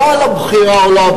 לא על הבחירה או לא בחירה.